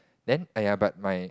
then !aiya! but my